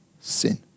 sin